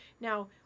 Now